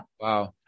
Wow